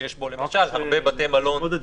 שיש בו למשל הרבה בתי מלון בריכוז,